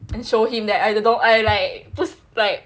and show him that I don't I like